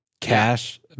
Cash